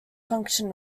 function